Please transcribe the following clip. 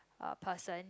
uh person